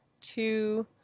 two